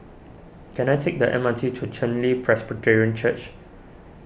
can I take the M R T to Chen Li Presbyterian Church